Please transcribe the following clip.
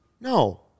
no